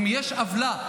אם יש עוולה?